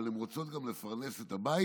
אבל הן רוצות גם לפרנס את הבית,